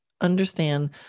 understand